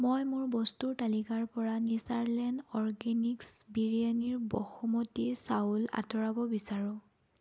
মই মোৰ বস্তুৰ তালিকাৰ পৰা নেচাৰলেণ্ড অৰগেনিক্ছ বিৰিয়ানীৰ বসুমতী চাউল আঁতৰাব বিচাৰোঁ